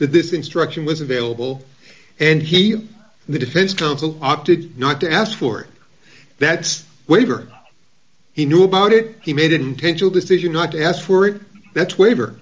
this instruction was available and he the defense counsel opted not to ask for it that's waiver he knew about it he made an intentional decision not to ask for it that's waiver